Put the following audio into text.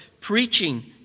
preaching